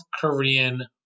Korean